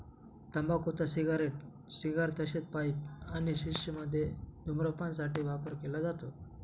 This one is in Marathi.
तंबाखूचा सिगारेट, सिगार तसेच पाईप आणि शिश मध्ये धूम्रपान साठी वापर केला जातो